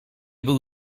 był